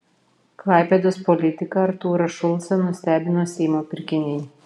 klaipėdos politiką artūrą šulcą nustebino seimo pirkiniai